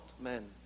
men